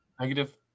Negative